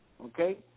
okay